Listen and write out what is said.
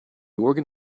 organ